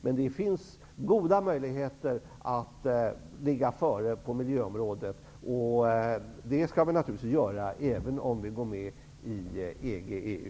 Men det finns goda möjligheter att ligga före på miljöområdet, och det skall vi naturligtvis göra även om vi går med i EG/EU.